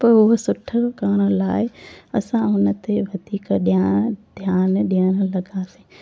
पोइ उहो सुठो करण लाइ असां हुनते वधीक ध्या ध्यानु ॾियणु लॻासीं